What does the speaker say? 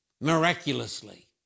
miraculously